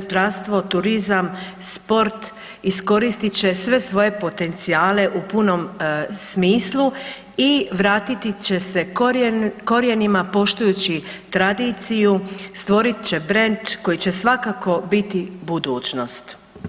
zdravstvo, turizam i sport, iskoristit će sve svoje potencijale u punom smislu i vratiti će se korijenima poštujući tradiciju, stvorit će brend koji će svakako biti budućnost.